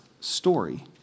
story